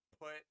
put